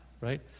Right